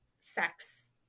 sex